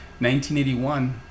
1981